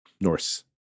Norse